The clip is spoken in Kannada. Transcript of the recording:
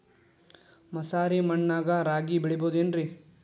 ಮಸಾರಿ ಮಣ್ಣಾಗ ರಾಗಿ ಬೆಳಿಬೊದೇನ್ರೇ?